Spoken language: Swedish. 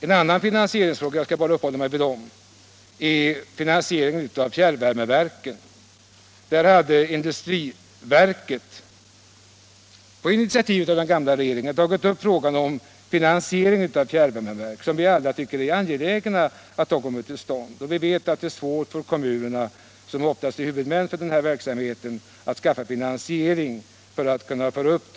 En annan finansieringsfråga — jag skall bara uppehålla mig vid dem — gäller fjärrvärmeverken. Industriverket hade på initiativ av den gamla regeringen tagit upp frågan om finansiering av fjärrvärmeverk, något som vi ju alla tycker är angeläget. Vi vet att det är svårt för kommunerna, som oftast är huvudmän för den här verksamheten, att finansiera uppförandet av fjärrvärmeverk.